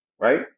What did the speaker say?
right